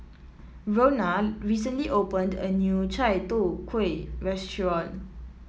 Ronna recently opened a new Chai Tow Kuay restaurant